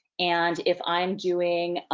and if i'm doing,